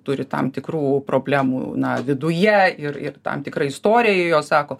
turi tam tikrų problemų na viduje ir ir tam tikra istorija jo sako